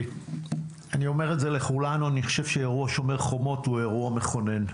אני חושב שאירוע "שומר החומות" הוא אירוע מכונן.